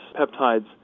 peptides